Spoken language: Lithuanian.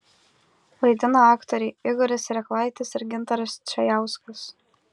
vaidina aktoriai igoris reklaitis ir gintaras čajauskas